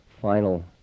Final